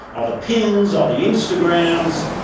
all the pins, all the instagrams,